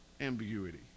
ambiguity